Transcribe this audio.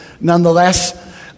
nonetheless